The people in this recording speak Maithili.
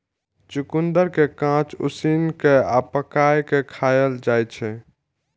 चुकंदर कें कांच, उसिन कें आ पकाय कें खाएल जाइ छै